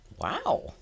Wow